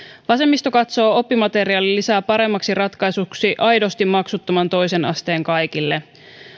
vasemmisto katsoo oppimateriaalilisää paremmaksi ratkaisuksi aidosti maksuttoman toisen asteen kaikille